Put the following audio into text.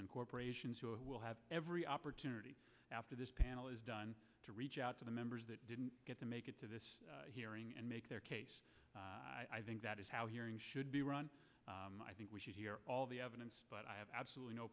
to corporations will have every opportunity after this panel is done to reach out to the members that didn't get to make it to this hearing and make their case i think that is how hearings should be run i think we should hear all the evidence but i have absolutely no